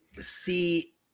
See